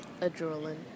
a-drooling